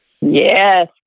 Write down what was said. Yes